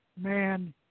man